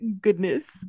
goodness